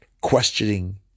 questioning